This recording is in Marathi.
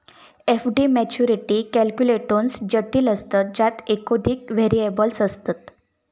एफ.डी मॅच्युरिटी कॅल्क्युलेटोन्स जटिल असतत ज्यात एकोधिक व्हेरिएबल्स असतत